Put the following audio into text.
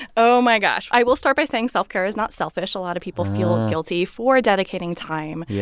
oh, my gosh. i will start by saying self-care is not selfish. a lot of people feel guilty for dedicating time. yeah.